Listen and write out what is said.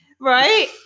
Right